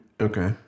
Okay